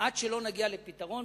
עד שלא נגיע לפתרון,